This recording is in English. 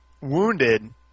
wounded